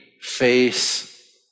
face